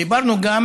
דיברנו גם